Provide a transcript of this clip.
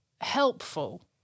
helpful